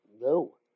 no